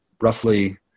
roughly